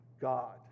God